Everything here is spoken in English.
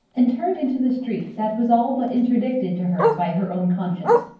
and turned into the street that was all but interdicted to her by her own conscience.